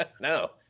No